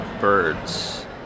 birds